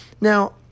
now